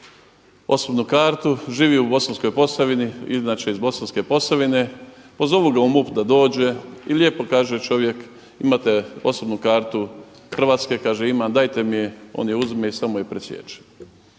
osobnu kartu, živi u Bosanskoj Posavini, inače je iz Bosanske Posavine pozovu ga u MUP da dođe i lijepo kaže čovjek imate osobnu kartu Hrvatske, kaže imam, dajte mi je on je uzme i samo je presječe.